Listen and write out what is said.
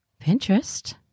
Pinterest